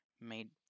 made